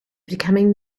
becoming